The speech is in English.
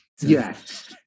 Yes